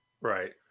Right